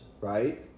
right